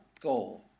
goal